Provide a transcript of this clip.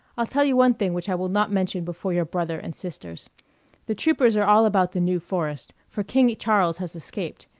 i'll tell you one thing which i will not mention before your brother and sisters the troopers are all about the new forest, for king charles has escaped,